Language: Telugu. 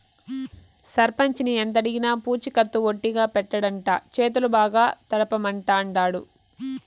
సర్పంచిని ఎంతడిగినా పూచికత్తు ఒట్టిగా పెట్టడంట, చేతులు బాగా తడపమంటాండాడు